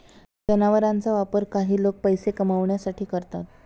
जनावरांचा वापर काही लोक पैसे कमावण्यासाठी करतात